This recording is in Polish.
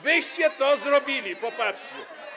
Wyście to zrobili, popatrzcie.